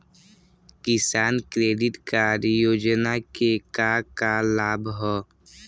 किसान credit card योजना के का का लाभ ह?